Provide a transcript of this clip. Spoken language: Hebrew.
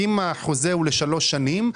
אם החוזה הוא לשלוש שנים,